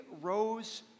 rose